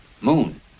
Moon